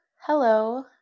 Hello